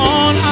on